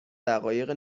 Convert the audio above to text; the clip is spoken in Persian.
دقایق